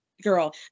girl